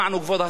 כבוד השר,